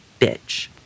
bitch